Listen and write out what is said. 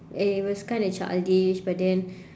it was kinda childish but then